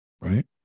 right